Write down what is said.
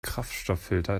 kraftstofffilter